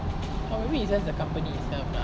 or maybe is just the company itself lah